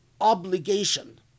obligation